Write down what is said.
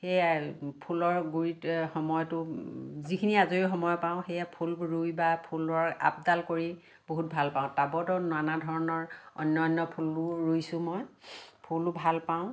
সেয়াই ফুলৰ গুড়িত সময়টো যিখিনি আজৰি সময় পাওঁ সেয়া ফুলবোৰ ৰুই বা ফুলৰ আপদাল কৰি বহুত ভাল পাওঁ টাবতো নানা ধৰণৰ অন্য অন্য ফুলো ৰুইছোঁ মই ফুলো ভাল পাওঁ